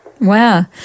Wow